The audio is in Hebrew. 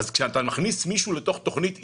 כשאתה מכניס מישהו לתוך תכנית עידוד,